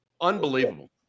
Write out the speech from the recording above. Unbelievable